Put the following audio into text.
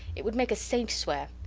it would make a saint swear.